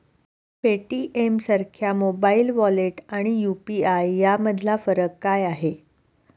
पेटीएमसारख्या mobile wallet आणि UPI यामधला फरक काय आहे?